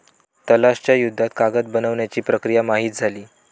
तलाश च्या युद्धात कागद बनवण्याची प्रक्रिया माहित झाली